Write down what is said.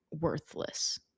worthless